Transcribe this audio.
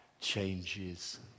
changes